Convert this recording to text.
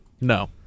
No